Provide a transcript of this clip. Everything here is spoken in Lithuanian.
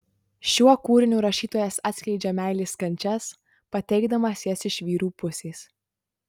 šiuo kūriniu rašytojas atskleidžia meilės kančias pateikdamas jas iš vyrų pusės